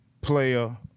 player